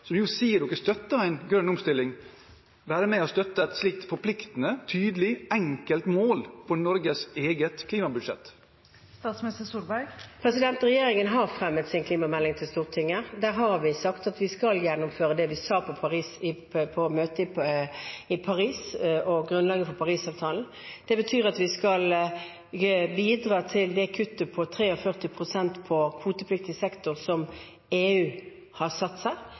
sier de støtter en grønn omstilling, være med og støtte et slikt forpliktende, tydelig, enkelt mål for Norges eget klimabudsjett? Regjeringen har fremmet sin klimamelding til Stortinget. Der har vi sagt at vi skal gjennomføre det vi sa på møtet i Paris og som var grunnlaget for Parisavtalen. Det betyr at vi gjennom vår deltakelse i EU ETS skal bidra til det kuttet på 43 pst. i kvotepliktig sektor som EU har satt seg